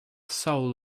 soul